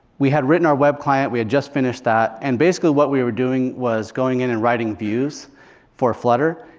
we had written our web client. we had just finished that. and basically what we were doing was going in and writing views for flutter.